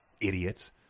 Idiots